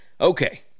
Okay